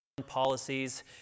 policies